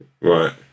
Right